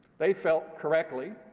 they felt, correctly,